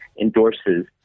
endorses